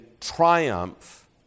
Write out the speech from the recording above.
triumph